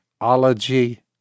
ology